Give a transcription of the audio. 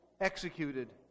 executed